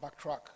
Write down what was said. backtrack